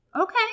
Okay